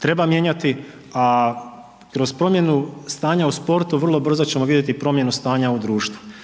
treba mijenjati, a kroz promjenu stanja u sportu vrlo brzo ćemo vidjeti promjenu stanja u društvu.